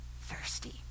thirsty